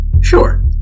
Sure